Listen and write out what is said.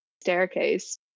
staircase